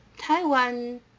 Taiwan